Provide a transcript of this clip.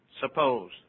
suppose